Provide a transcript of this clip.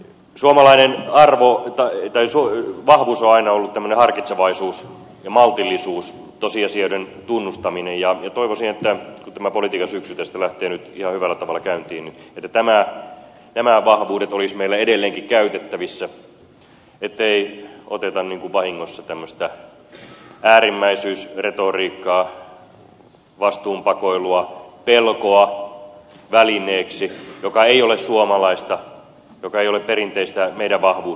suomalainen vahvuus on aina ollut tämmöinen harkitsevaisuus ja maltillisuus tosiasioiden tunnustaminen ja toivoisin että kun tämä politiikan syksy tästä lähtee nyt ihan hyvällä tavalla käyntiin että nämä vahvuudet olisivat meillä edelleenkin käytettävissä ettei oteta niin kuin vahingossa tämmöistä äärimmäisyysretoriikkaa vastuunpakoilua pelkoa välineeksi joka ei ole suomalaista joka ei ole perinteistä meidän vahvuuttamme